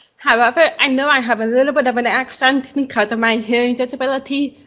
however, i know i have a little bit of an accent because of my hearing disability,